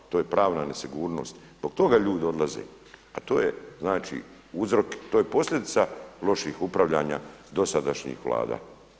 To je pravna nesigurnost, zbog toga ljudi odlaze, a to je znači uzrok, to je posljedica loših upravljanja dosadašnjih Vlada.